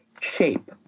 shape